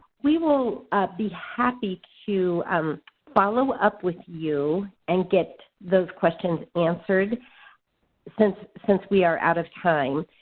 we will be happy to um follow up with you and get those questions answered since since we are out of time.